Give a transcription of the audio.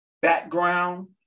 background